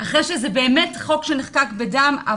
זה חוק שבאמת נחקק בדם.